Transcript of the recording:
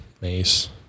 mace